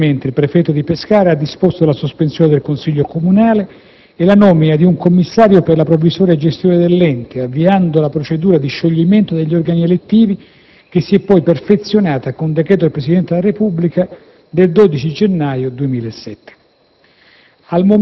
Conseguentemente, il prefetto di Pescara ha disposto la sospensione del Consiglio comunale e la nomina di un commissario per la provvisoria gestione dell'ente, avviando la procedura di scioglimento degli organi elettivi che si è poi perfezionata con decreto del Presidente della Repubblica del 12 gennaio 2007.